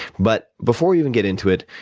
but before we even get into it,